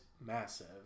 massive